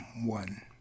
One